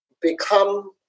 become